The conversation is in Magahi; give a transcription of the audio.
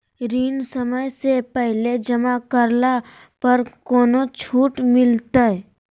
ऋण समय से पहले जमा करला पर कौनो छुट मिलतैय?